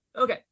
okay